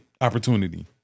opportunity